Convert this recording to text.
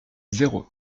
zéro